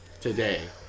today